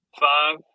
five